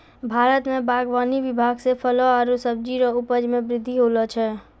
भारत मे बागवानी विभाग से फलो आरु सब्जी रो उपज मे बृद्धि होलो छै